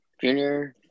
junior